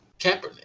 Kaepernick